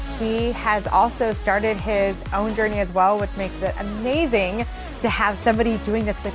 he has also started his own journey as well which makes it amazing to have somebody doing this with